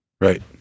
Right